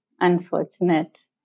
unfortunate